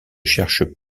cherchent